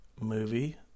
movie